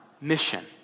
mission